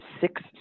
six